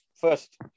first